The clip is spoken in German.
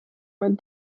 mein